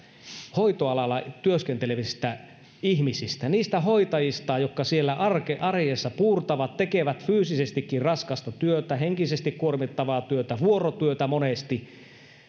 hoitoalalla työskentelevistä ihmisistä niistä hoitajista jotka siellä arjessa puurtavat tekevät fyysisestikin raskasta työtä henkisesti kuormittavaa työtä vuorotyötä monesti